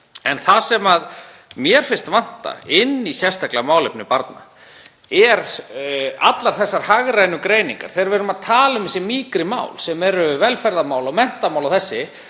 En það sem mér finnst vanta inn í sérstaklega málefni barna eru allar þessar hagrænu greiningar. Þegar við erum að tala um þessi mýkri mál, sem eru velferðarmál og menntamál og